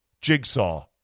Jigsaw